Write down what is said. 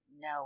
No